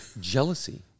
Jealousy